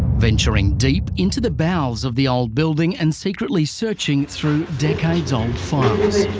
venturing deep into the bowels of the old building and secretly searching through decades old files.